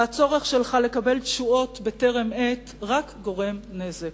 והצורך שלך לקבל תשואות בטרם עת גורמים רק נזק.